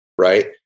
right